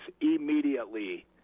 immediately